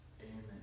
amen